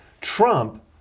Trump